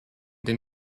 den